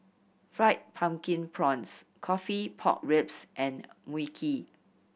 Fried Pumpkin Prawns coffee pork ribs and Mui Kee